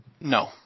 No